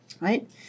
right